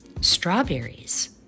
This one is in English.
strawberries